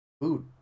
food